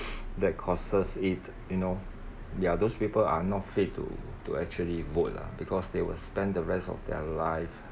that causes it you know ya those people are not fit to to actually vote lah because they will spend the rest of their life